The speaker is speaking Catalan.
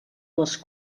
les